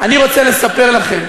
אני רוצה לספר לכם.